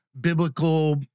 biblical